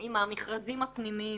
עם המכרזים הפנימיים.